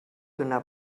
donar